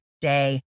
day